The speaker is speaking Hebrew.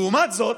לעומת זאת,